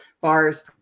bars